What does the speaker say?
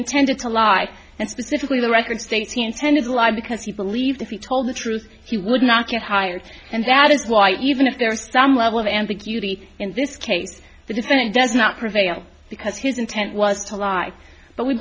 intended to lie and specifically the record states he intended to lie because he believed if he told the truth he would not get hired and that is why even if there are some level of ambiguity in this case the defendant does not prevail because his intent was to lie but we